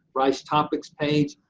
rice topics page,